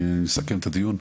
אני אסכם את הדיון,